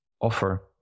offer